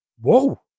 whoa